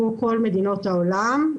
כמו כל מדינות העולם,